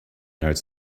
notes